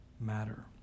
matter